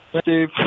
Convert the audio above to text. Steve